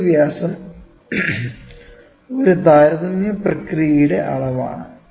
ചെറിയ വ്യാസം ഒരു താരതമ്യ പ്രക്രിയയുടെ അളവാണ്